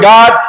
God